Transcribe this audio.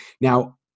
Now